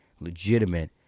legitimate